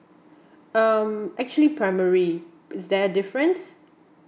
um actually primary is there a different